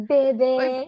Baby